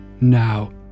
now